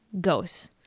ghosts